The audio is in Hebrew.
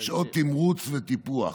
שעות תמרוץ וטיפוח.